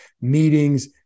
meetings